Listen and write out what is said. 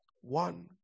One